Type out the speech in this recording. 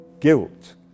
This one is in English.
Guilt